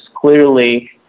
clearly